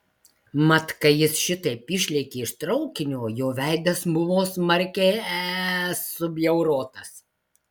mat kai jis šitaip išlėkė iš traukinio jo veidas buvo smarkiai e subjaurotas